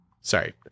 Sorry